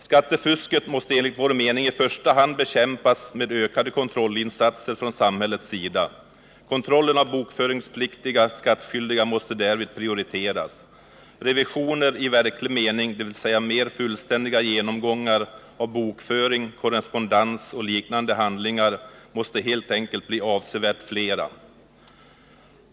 Skattefusket måste enligt vår mening i första hand bekämpas med ökade kontrollinsatser från samhällets sida. Kontrollen av bokföringspliktiga skattskyldiga måste därvid prioriteras. Revisioner i verklig mening— dvs. mer fullständiga genomgångar av bokföring, korrespondens och liknande handlingar — måste helt enkelt bli avsevärt flera.